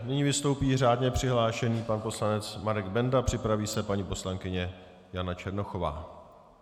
Nyní vystoupí řádně přihlášený pan poslanec Marek Benda, připraví se paní poslankyně Jana Černochová.